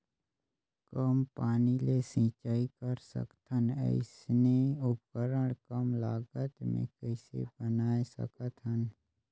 कम पानी ले सिंचाई कर सकथन अइसने उपकरण कम लागत मे कइसे बनाय सकत हन?